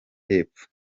y’epfo